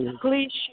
Please